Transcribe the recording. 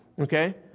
Okay